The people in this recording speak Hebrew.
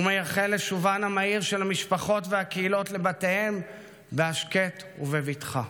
ומייחל לשובן המהיר של המשפחות והקהילות לבתיהן בהשקט ובבטחה.